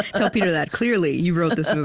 tell peter that, clearly, you wrote this um